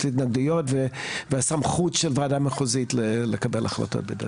של התנגדויות והסמכות של ועדה מחוזית לקבל החלטות.